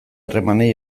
harremanei